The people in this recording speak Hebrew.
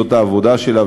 זאת העבודה שלה,